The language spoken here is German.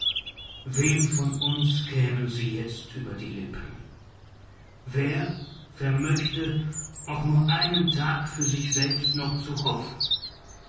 wem von uns kämen sie jetzt über die lippen wer vermöchte auch nur einen tag für sich selbst noch zu hoffen